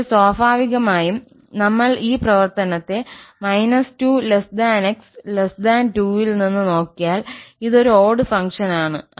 പക്ഷേ സ്വാഭാവികമായും നമ്മൾ ഈ പ്രവർത്തനത്തെ −2 𝑥 2 ൽ നിന്ന് നോക്കിയാൽ ഇത് ഒരു ഓട് ഫംഗ്ഷനാണ്